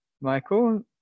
Michael